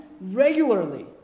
regularly